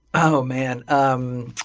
oh, man. um